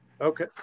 Okay